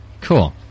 Cool